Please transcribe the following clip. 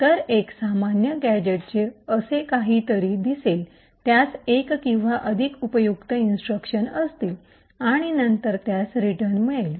तर एक सामान्य गॅझेटचे असे काहीतरी दिसेल त्यास एक किंवा अधिक उपयुक्त इन्स्ट्रक्शन असतील आणि नंतर त्यास रिटर्न मिळेल